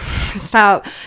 stop